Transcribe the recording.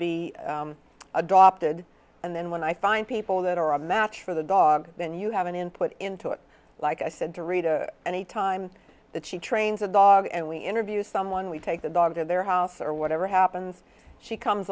be adopted and then when i find people that are a match for the dog then you have an input into it like i said to read any time that she trains a dog and we interview someone we take the dog to their house or whatever happens she comes